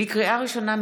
לקריאה ראשונה,